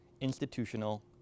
institutional